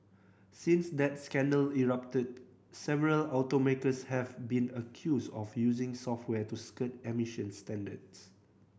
since that scandal erupted several automakers have been accused of using software to skirt emissions standards